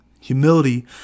Humility